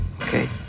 okay